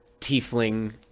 tiefling